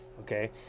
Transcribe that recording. Okay